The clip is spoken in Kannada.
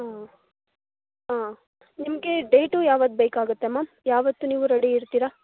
ಹಾಂ ಹಾಂ ನಿಮಗೆ ಡೇಟು ಯಾವತ್ತು ಬೇಕಾಗುತ್ತೆ ಮ್ಯಾಮ್ ಯಾವತ್ತು ನೀವು ರೆಡಿ ಇರ್ತೀರಾ